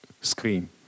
screen